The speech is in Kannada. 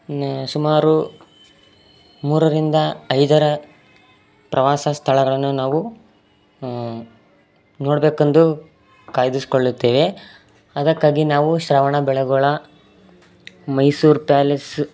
ಸುಮಾರು ಮೂರರಿಂದ ಐದರ ಪ್ರವಾಸ ಸ್ಥಳಗಳನ್ನು ನಾವು ನೋಡಬೇಕಂದು ಕಾಯ್ದಿರಿಸ್ಕೊಳ್ಳುತ್ತೇವೆ ಅದಕ್ಕಾಗಿ ನಾವು ಶ್ರವಣಬೆಳಗೊಳ ಮೈಸೂರು ಪ್ಯಾಲೇಸ್ಸ್